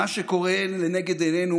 מה שקורה לנגד עינינו,